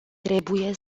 trebuie